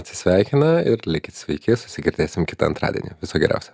atsisveikina ir likit sveiki susigirdėsim kitą antradienį viso geriausio